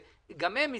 שגם הם הציעו.